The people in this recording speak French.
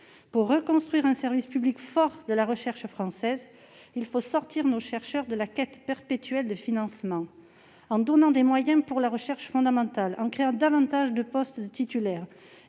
Pour reconstruire un service public fort de la recherche française, il faut sortir nos chercheurs de la quête perpétuelle de financement, en donnant des moyens pour la recherche fondamentale, en créant davantage de postes de titulaires